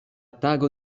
tago